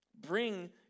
bring